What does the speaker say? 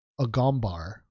Agombar